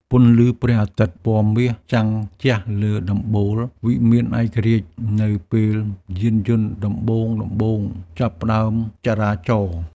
ពន្លឺព្រះអាទិត្យពណ៌មាសចាំងជះលើកំពូលវិមានឯករាជ្យនៅពេលយានយន្តដំបូងៗចាប់ផ្ដើមចរាចរ។